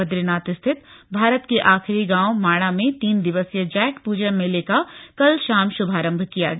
बद्रीनाथ स्थित भारत के आखिरी गांव माणा में तीन दिवसीय जैठ पूजै मेला का कल शाम शुभारम्भ किया गया